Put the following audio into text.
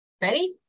Ready